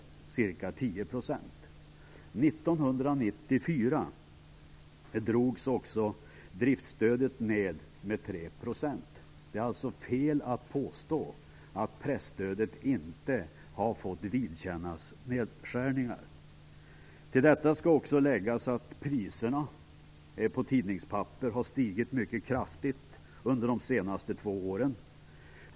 Det är ca 10 %. 1994 drogs också driftsstödet ned med 3 %. Det är alltså fel att påstå att presstödet inte har fått vidkännas nedskärningar. Till detta skall också läggas att priserna på tidningspapper har stigit mycket kraftigt under de senaste två åren.